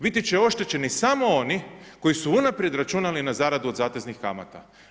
Biti će oštećeni samo oni koji su unaprijed računali na zaradu od zateznih kamata.